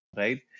right